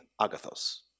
Agathos